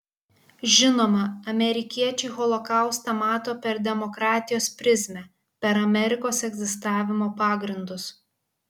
žinoma amerikiečiai holokaustą mato per demokratijos prizmę per amerikos egzistavimo pagrindus